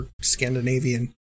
Scandinavian